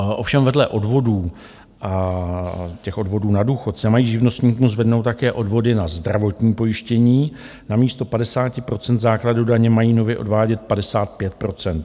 Ovšem vedle odvodů a těch odvodů na důchod se mají živnostníkům zvednout také odvody na zdravotní pojištění, namísto 50 % základu daně mají nově odvádět 55 %.